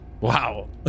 Wow